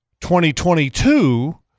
2022 –